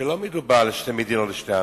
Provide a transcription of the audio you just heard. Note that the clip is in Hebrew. שלא מדובר על שתי מדינות לשני עמים,